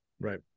right